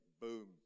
boom